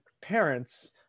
parents